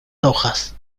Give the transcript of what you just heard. hojas